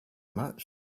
much